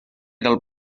del